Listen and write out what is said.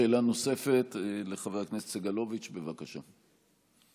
שאלה נוספת לחבר הכנסת סגלוביץ', בבקשה.